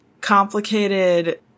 complicated